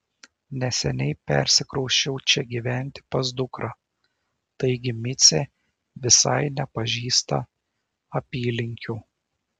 neseniai persikrausčiau čia gyventi pas dukrą taigi micė visai nepažįsta apylinkių